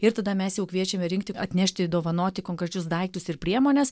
ir tada mes jau kviečiame rinkti atnešti dovanoti konkrečius daiktus ir priemones